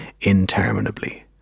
interminably